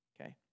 okay